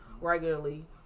regularly